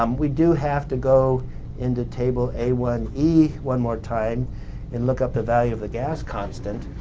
um we do have to go into table a one e one more time and look up the value of the gas constant.